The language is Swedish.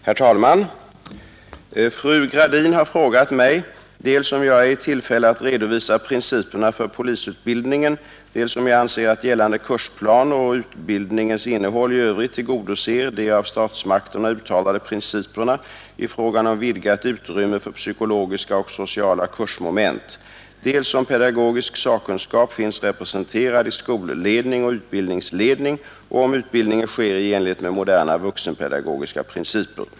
Herr talman! Fru Gradin har frågat mig dels om jag är i tillfälle att redovisa principerna för polisutbildningen, dels om jag anser att gällande kursplaner och utbildningens innehåll i övrigt tillgodoser de av statsmakterna uttalade principerna i frågan om vidgat utrymme för psykologiska och sociala kursmoment, dels om pedagogisk sakkunskap finns representerad i skolledning och utbildningsledning och om utbildningen sker i enlighet med moderna vuxenpedagogiska principer.